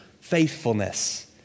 faithfulness